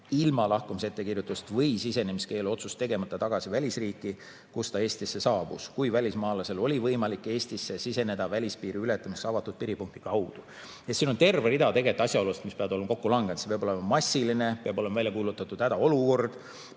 ilma lahkumisettekirjutust või sisenemiskeelu otsust tegemata tagasi välisriiki, kust ta Eestisse saabus, kui välismaalasel oli võimalik Eestisse siseneda välispiiri ületamiseks avatud piiripunkti kaudu. Siin on terve rida asjaolusid, mis peavad olema kokku langenud: see peab olema massiline, peab olema välja kuulutatud hädaolukord,